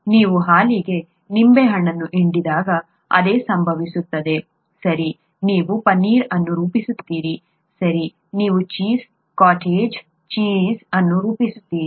ಮತ್ತೆ ನೀವು ಹಾಲಿಗೆ ನಿಂಬೆಹಣ್ಣನ್ನು ಹಿಂಡಿದಾಗ ಅದೇ ಸಂಭವಿಸುತ್ತದೆ ಸರಿ ನೀವು ಪನೀರ್ ಅನ್ನು ರೂಪಿಸುತ್ತೀರಿ ಸರಿ ನೀವು ಚೀಸ್ ಕಾಟೇಜ್ ಚೀಸ್ ಅನ್ನು ರೂಪಿಸುತ್ತೀರಿ